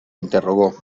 interrogó